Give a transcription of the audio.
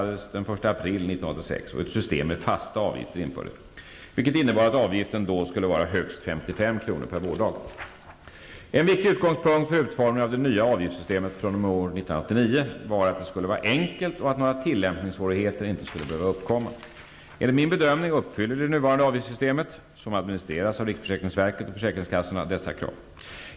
Detta system med s.k. En viktig utgångspunkt för utformningen av det nya avgiftssystemet fr.o.m. år 1989 var att det skulle vara enkelt och att några tillämpningssvårigheter inte skulle behöva uppkomma. Enligt min bedömning uppfyller det nuvarande avgiftssystemet, som således administreras av riksförsäkringsverket och försäkringskassorna, dessa krav.